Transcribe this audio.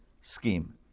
scheme